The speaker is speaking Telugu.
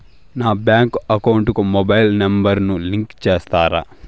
నా బ్యాంకు అకౌంట్ కు మొబైల్ నెంబర్ ను లింకు చేస్తారా?